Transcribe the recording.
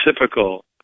typical